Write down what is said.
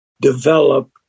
develop